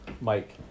Mike